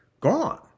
gone